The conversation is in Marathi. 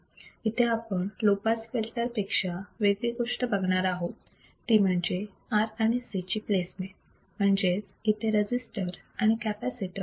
इथे आपण लो पास फिल्टर पेक्षा वेगळी गोष्ट बघणार आहोत ती म्हणजे R आणि C ची प्लेसमेंट म्हणजेच इथे रजिस्टर आणि कॅपॅसिटर